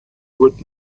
would